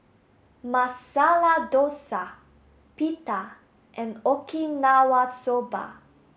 Masala Dosa Pita and Okinawa soba